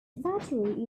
battery